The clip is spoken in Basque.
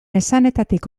esanetatik